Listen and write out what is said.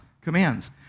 commands